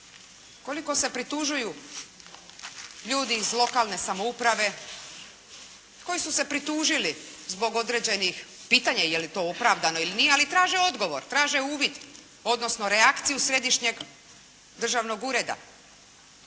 Koliko se pritužuju ljudi iz lokalne samouprave, koji su se pritužili zbog određenih pitanja je li to opravdano ili nije ali traže odgovor, traže uvid odnosno reakciju Središnjeg državnog ureda